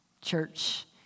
Church